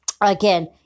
again